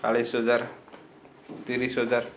ଚାଳିଶି ହଜାର ତିରିଶି ହଜାର